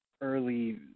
early